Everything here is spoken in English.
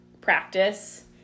practice